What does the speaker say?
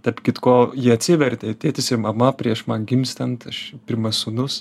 tarp kitko jie atsivertė tėtis ir mama prieš man gimstant aš pirmas sūnus